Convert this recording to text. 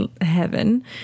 heaven